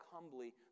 humbly